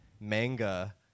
manga